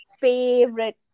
favorite